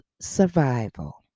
survival